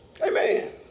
Amen